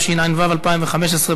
התשע"ו 2015,